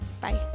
bye